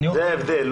זה ההבדל.